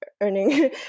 earning